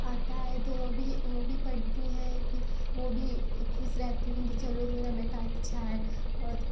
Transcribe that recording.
आता है तो वह भी वह भी पढ़ती हैं फिर वह भी ख़ुश रहती हैं कि चलो मेरा बेटा अच्छा है और